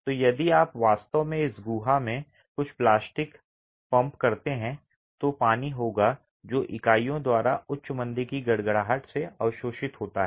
तो यदि आप वास्तव में इस गुहा में कुछ प्लास्टिक पंप करते हैं तो पानी होगा जो इकाइयों द्वारा उच्च मंदी की गड़गड़ाहट से अवशोषित होता है